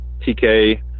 TK